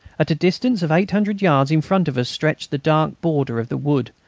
at a distance of eight hundred yards in front of us stretched the dark border of the wood,